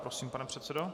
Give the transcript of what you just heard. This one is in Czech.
Prosím, pane předsedo.